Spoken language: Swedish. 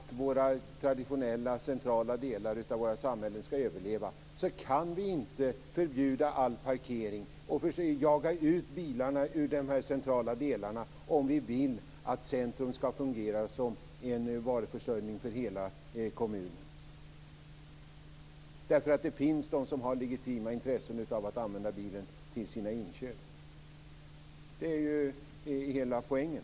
Fru talman! Vill vi att våra traditionella centrala delar av våra samhällen skall överleva kan vi inte förbjuda all parkering och jaga ut bilarna ur de centrala delarna, om vi vill att centrum skall fungera som varuförsörjare för hela kommunen. Det finns de som har legitima intressen av att använda bilen till sina inköp. Det är hela poängen.